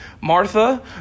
Martha